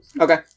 Okay